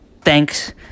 Thanks